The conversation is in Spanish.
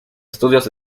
estudios